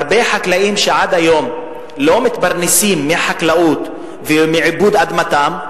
הרבה חקלאים שעד היום לא מתפרנסים מחקלאות ומעיבוד אדמתם,